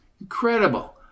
Incredible